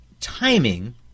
timing –